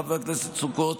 חבר הכנסת סוכות,